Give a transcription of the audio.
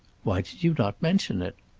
why did you not mention it?